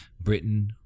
Britain